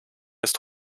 ist